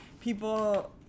people